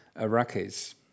Iraqis